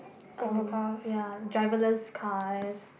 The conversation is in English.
um ya driverless cars